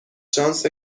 شانس